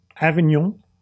Avignon